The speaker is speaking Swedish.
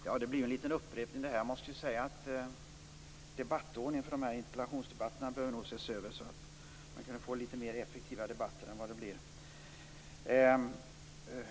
Herr talman! Det blir en upprepning det här. Debattordningen för interpellationsdebatter bör nog ses över så att man får litet mer effektiva debatter än vad det blir nu.